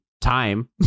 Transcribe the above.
time